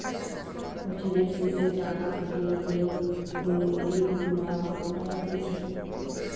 বছরের শেষে টাকা খাটিয়ে যে অনুইটি গুলা পাওয়া যাইতেছে